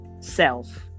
self